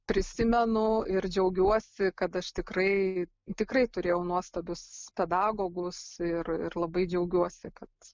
prisimenu ir džiaugiuosi kad aš tikrai tikrai turėjau nuostabius pedagogus ir ir labai džiaugiuosi kad